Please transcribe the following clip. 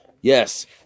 yes